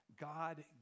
God